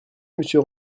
monsieur